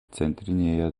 centrinėje